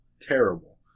Terrible